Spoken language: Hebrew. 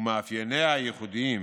ומאפייניה הייחודיים